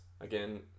again